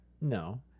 No